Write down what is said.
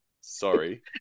Sorry